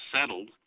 settled